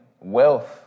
wealth